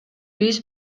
биз